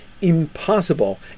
impossible